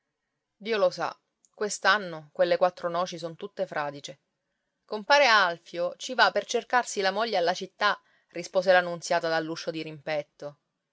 dio lo sa quest'anno quelle quattro noci son tutte fradicie compare alfio ci va per cercarsi la moglie alla città rispose la nunziata dall'uscio dirimpetto